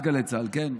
תחנת גלי צה"ל, כן.